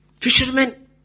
Fishermen